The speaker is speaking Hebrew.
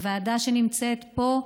הוועדה שנמצאת פה,